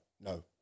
no